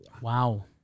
Wow